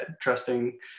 trusting